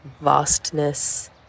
vastness